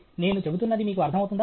నేను చెబుతున్నది మీకు అర్థమవుతుందా